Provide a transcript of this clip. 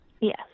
Yes